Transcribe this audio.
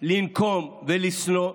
לנקום ולשנוא,